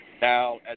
Now